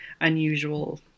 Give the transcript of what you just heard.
unusual